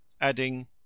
adding